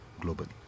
globally